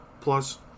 Plus